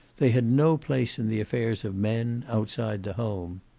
they had no place in the affairs of men, outside the home.